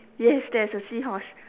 yes there's a seahorse